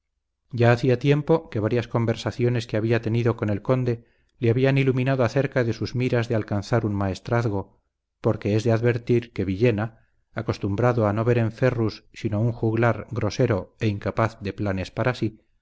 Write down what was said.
ya hacía tiempo que varias conversaciones que había tenido con el conde le habían iluminado acerca de sus miras de alcanzar un maestrazgo porque es de advertir que villena acostumbrado a no ver en ferrus sino un juglar grosero e incapaz de planes para sí